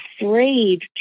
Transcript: afraid